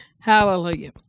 Hallelujah